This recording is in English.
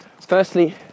Firstly